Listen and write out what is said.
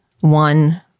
one